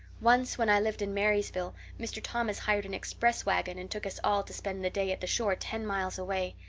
once, when i lived in marysville, mr. thomas hired an express wagon and took us all to spend the day at the shore ten miles away.